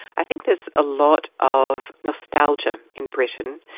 i think there's a lot of nostalgia in britain,